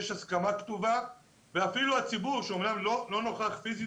יש הסכמה כתובה ואפילו הציבור שלא נוכח פיזית